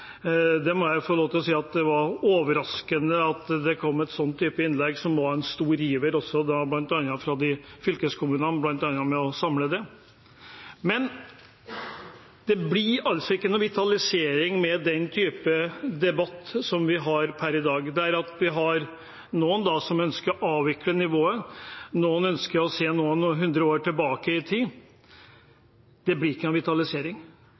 Jeg må si at det var overraskende at det kom et slikt innlegg, når det var en stor iver etter å samle sams vegadministrasjon, bl.a. fra fylkeskommunene. Men det blir ingen vitalisering med den typen debatt som vi har i dag, der vi har noen som ønsker å avvikle nivået, og noen som ønsker å se noen hundre år tilbake i tid. Det blir ingen vitalisering slik. Vi er nødt til å ha en